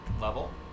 level